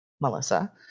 melissa